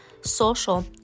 social